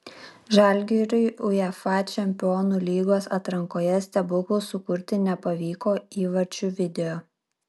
žalgiriui uefa čempionų lygos atrankoje stebuklo sukurti nepavyko įvarčių video